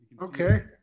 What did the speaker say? okay